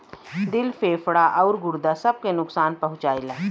दिल फेफड़ा आउर गुर्दा सब के नुकसान पहुंचाएला